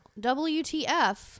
WTF